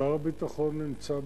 שר הביטחון נמצא בחוץ-לארץ,